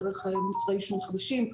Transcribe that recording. דרך מוצרי עישון חדשים,